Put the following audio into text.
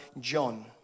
John